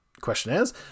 questionnaires